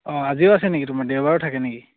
অঁ আজিও আছে নেকি তোমাৰ দেওবাৰেও থাকে নেকি